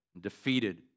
defeated